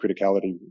criticality